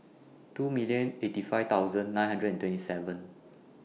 two million eighty five thousand nine hundred and twenty seven